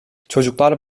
çocuklar